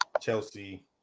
Chelsea